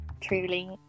truly